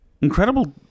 incredible